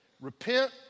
Repent